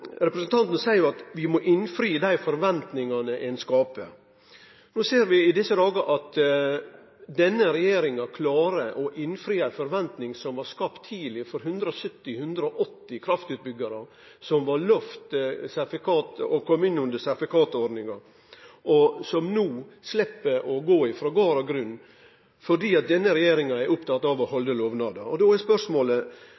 Representanten Aasland seier at ein må innfri dei forventningane ein skapar. I desse dagar ser vi at denne regjeringa klarar å innfri ei forventning som blei skapt tidleg for 170–180 kraftutbyggarar, som blei lova sertifikat, og som kom inn under sertifikatordninga, og som no slepp å gå frå gard og grunn, fordi denne regjeringa er opptatt å halde lovnader. Når det gjeld å